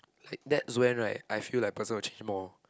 like that's when right I feel like person will change more